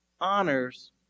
honors